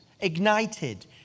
ignited